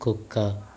కుక్క